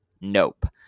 Nope